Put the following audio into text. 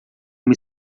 uma